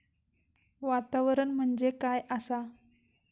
वातावरण म्हणजे काय आसा?